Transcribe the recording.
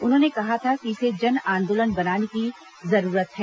उन्होंने कहा था कि इसे जनआंदोलन बनाने की जरूरत है